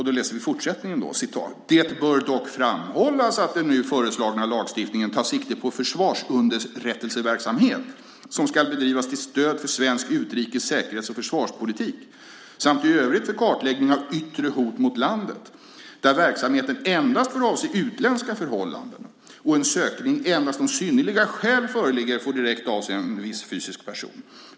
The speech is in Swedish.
Där står följande: "Det bör dock framhållas att den nu föreslagna lagstiftningen tar sikte på försvarsunderrättelseverksamhet som skall bedrivas till stöd för svensk utrikes-, säkerhets och försvarspolitik samt i övrigt för kartläggning av yttre hot mot landet, där verksamheten endast får avse utländska förhållanden och en sökning endast om synnerliga skäl föreligger får direkt avse en viss fysisk person.